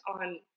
on